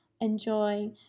enjoy